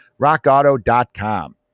rockauto.com